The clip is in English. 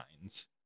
signs